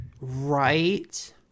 Right